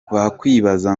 wakwibaza